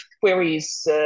queries